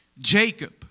Jacob